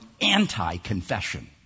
anti-confession